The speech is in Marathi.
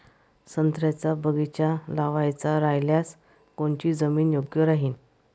संत्र्याचा बगीचा लावायचा रायल्यास कोनची जमीन योग्य राहीन?